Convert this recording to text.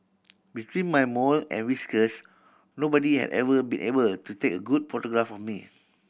between my mole and whiskers nobody had ever been able to take a good photograph of me